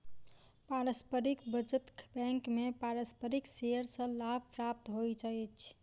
पारस्परिक बचत बैंक में पारस्परिक शेयर सॅ लाभ प्राप्त होइत अछि